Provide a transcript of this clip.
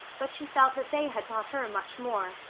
but she felt that they had taught her much more.